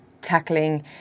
tackling